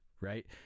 Right